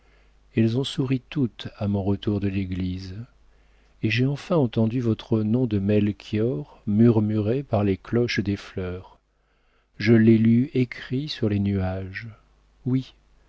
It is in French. elles ont souri toutes à mon retour de l'église et j'ai enfin entendu votre nom de melchior murmuré par les cloches des fleurs je l'ai lu écrit sur les nuages oui